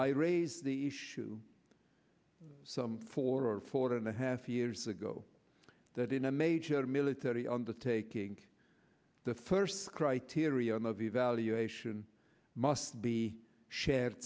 i raise the issue some four or four and a half years ago that in a major military undertaking the first criterion of evaluation must be sha